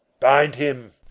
bind him!